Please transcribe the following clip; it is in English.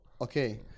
Okay